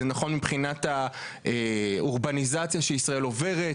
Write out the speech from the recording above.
זה נכון מבחינת האורבניזציה שישראל עוברת,